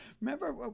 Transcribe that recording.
Remember